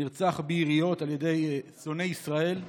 נרצח ביריות על ידי שונא ישראל.